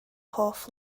hoff